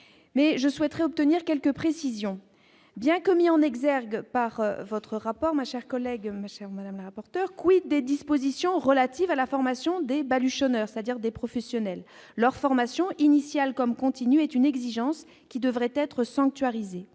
je souhaiterais obtenir quelques précisions bien commis en exergue par votre rapport ma chers collègues, ma chère madame, rapporteur, quid des dispositions relatives à la formation des baluchons honneur, c'est-à-dire des professionnels leur formation initiale comme continue est une exigence qui devrait être sanctuarisée